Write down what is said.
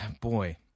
boy